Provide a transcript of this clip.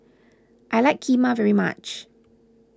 I like Kheema very much